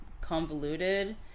convoluted